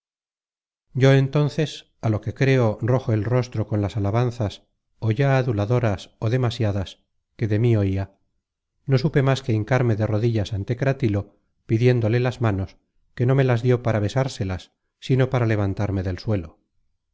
yo entonces á lo que creo rojo el rostro con las alabanzas ó ya aduladoras ó demasiadas que de mí oia no supe más que hincarme de rodillas ante cratilo pidiéndole las manos que no me las dió para besárselas sino para levantarme del suelo